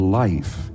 life